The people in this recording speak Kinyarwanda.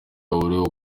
uriho